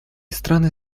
страны